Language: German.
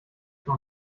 für